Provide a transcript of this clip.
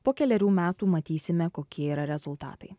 po kelerių metų matysime kokie yra rezultatai